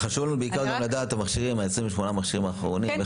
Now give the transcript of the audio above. חשוב לנו בעיקר גם לדעת איך חולקו 28 המכשירים האחרונים..